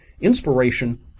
inspiration